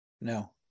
No